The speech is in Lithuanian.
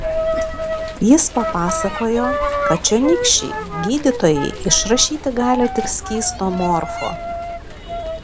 jis papasakojo kad čionykščiai gydytojai išrašyti gali tik skysto morfo